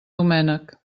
doménec